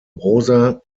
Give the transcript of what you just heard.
rosa